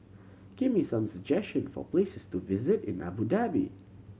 give me some suggestion for places to visit in Abu Dhabi